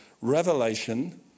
Revelation